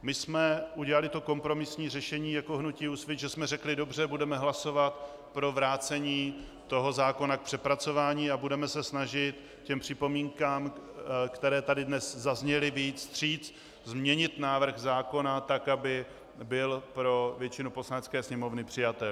My jsme udělali to kompromisní řešení jako hnutí Úsvit, že jsme řekli: dobře, budeme hlasovat pro vrácení zákona k přepracování a budeme se snažit připomínkám, které tady dnes zazněly, vyjít vstříc, změnit návrh zákona tak, aby byl pro většinu Poslanecké sněmovny přijatelný.